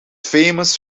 famous